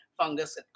fungus